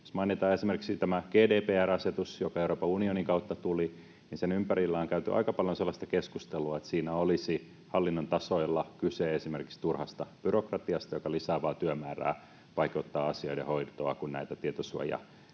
Jos mainitaan esimerkiksi tämä GDPR-asetus, joka Euroopan unionin kautta tuli, niin sen ympärillä on käyty aika paljon sellaista keskustelua, että siinä olisi hallinnon tasoilla kyse esimerkiksi turhasta byrokratiasta, joka lisää vain työmäärää, vaikeuttaa asioiden hoitoa, kun näitä erilaisia